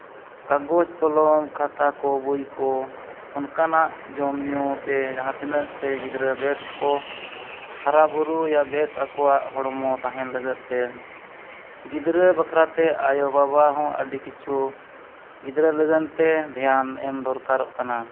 ᱠᱟᱜᱚᱡᱽ ᱠᱚᱞᱚᱢ ᱠᱷᱟᱛᱟ ᱠᱚ ᱵᱳᱭ ᱠᱚ ᱚᱱᱠᱟᱱᱟᱜ ᱡᱚᱼᱧᱩᱛᱮ ᱡᱟᱦᱟᱸ ᱛᱤᱱᱟᱹᱜᱛᱮ ᱜᱤᱫᱽᱨᱟᱹ ᱵᱮᱥ ᱠᱚ ᱦᱟᱨᱟᱼᱵᱩᱨᱩ ᱤᱭᱟ ᱵᱮᱥ ᱟᱠᱚᱣᱟᱜ ᱦᱚᱲᱢᱚ ᱛᱟᱦᱮᱱ ᱞᱟᱹᱜᱟᱫᱛᱮ ᱜᱤᱫᱽᱨᱟᱹ ᱵᱟᱠᱷᱨᱟᱛᱮ ᱟᱭᱳᱼᱵᱟᱵᱟ ᱦᱚᱸ ᱟᱹᱰᱤ ᱠᱤᱪᱷᱩ ᱜᱤᱫᱽᱨᱟᱹ ᱞᱟᱜᱟᱱᱛᱮ ᱫᱷᱮᱭᱟᱱ ᱮᱢ ᱫᱚᱨᱠᱟᱨᱚᱜ ᱠᱟᱱᱟ